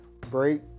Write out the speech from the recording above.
break